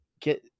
get